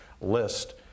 list